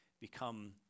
become